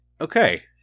Okay